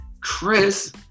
Chris